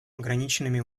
ограниченными